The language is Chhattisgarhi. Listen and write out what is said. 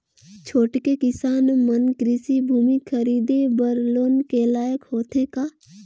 छोटके किसान मन कृषि भूमि खरीदे बर लोन के लायक होथे का?